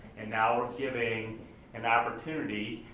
and now giving an opportunity,